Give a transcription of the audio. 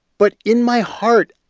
but in my heart,